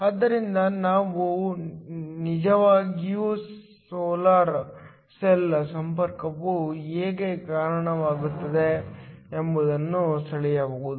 ಆದ್ದರಿಂದ ನಾವು ನಿಜವಾಗಿಯೂ ಸೋಲಾರ್ ಸೆಲ್ ಸಂಪರ್ಕವು ಹೇಗೆ ಕಾಣುತ್ತದೆ ಎಂಬುದನ್ನು ಸೆಳೆಯಬಹುದು